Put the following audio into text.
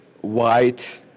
white